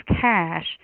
cash